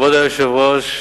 כבוד היושב-ראש,